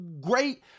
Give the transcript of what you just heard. great